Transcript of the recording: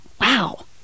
Wow